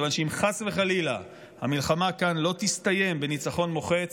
כיוון שאם חס וחלילה המלחמה כאן לא תסתיים בניצחון מוחץ,